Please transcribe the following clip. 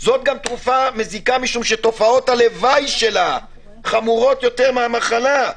זאת תרופה מזיקה משום שתופעות הלוואי שלה חמורות יותר מהמחלה.